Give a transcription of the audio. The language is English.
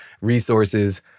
resources